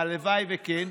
הלוואי שכן.